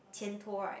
前托 right